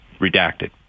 redacted